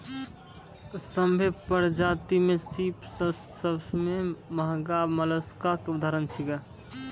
सभ्भे परजाति में सिप सबसें महगा मोलसका के उदाहरण छै